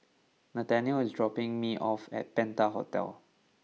Nathaniel is dropping me off at Penta Hotel